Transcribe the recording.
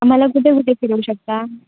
आम्हाला कुठे कुठे फिरवू शकता